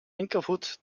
linkervoet